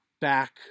back